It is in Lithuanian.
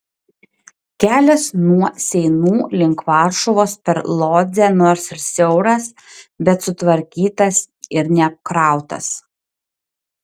kelias nuo seinų link varšuvos per lodzę nors ir siauras bet sutvarkytas ir neapkrautas